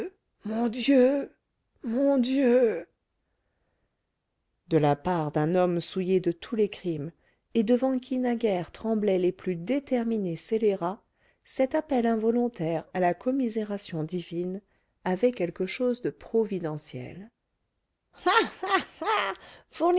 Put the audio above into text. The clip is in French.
mon dieu mon dieu de la part d'un homme souillé de tous les crimes et devant qui naguère tremblaient les plus déterminés scélérats cet appel involontaire à la commisération divine avait quelque chose de providentiel